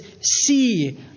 see